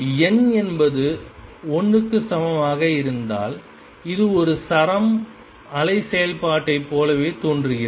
n என்பது 1 க்கு சமமாக இருந்தால் இது ஒரு சரம் அலை செயல்பாட்டைப் போலவே தோன்றுகிறது